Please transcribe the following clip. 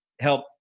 help